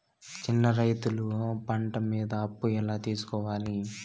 చిన్న రైతులు పంట మీద అప్పు ఎలా తీసుకోవాలి?